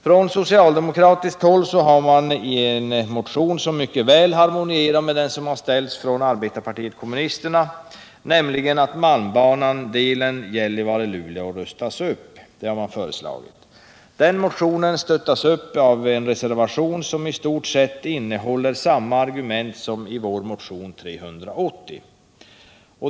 Från socialdemokratiskt håll har man en motion som mycket väl harmonierar med den som väckts från arbetarpartiet kommunisterna, nämligen om att malmbanan, delen Gällivare-Luleå, rustas upp. Den motionen stöttas upp av en reservation, som i stort sett innehåller samma argument som vår motion 380.